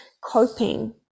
coping